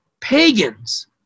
pagans